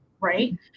right